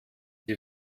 die